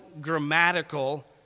grammatical